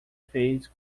fez